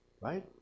Right